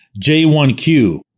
J1Q